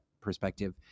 perspective